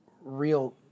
real